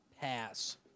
pass